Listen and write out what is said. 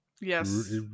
Yes